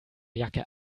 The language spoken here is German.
jacke